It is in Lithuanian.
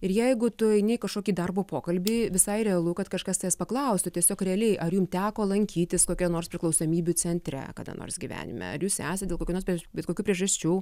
ir jeigu tu eini į kažkokį darbo pokalbį visai realu kad kažkas tavęs paklaustų tiesiog realiai ar jum teko lankytis kokioj nors priklausomybių centre kada nors gyvenime ar jūs esat dėl kokių nors bet kokių priežasčių